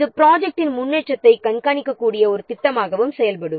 இது ப்ரொஜெக்ட்டின் முன்னேற்றத்தை கண்காணிக்கக்கூடிய ஒரு திட்டமாகவும் செயல்படும்